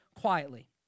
quietly